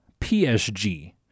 psg